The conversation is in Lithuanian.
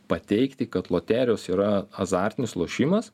pateikti kad loterijos yra azartinis lošimas